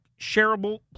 shareable